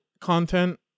content